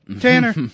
Tanner